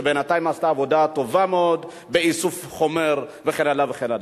שבינתיים עשתה עבודה טובה מאוד באיסוף חומר וכן הלאה וכן הלאה.